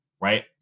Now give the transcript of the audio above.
right